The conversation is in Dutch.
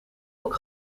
ook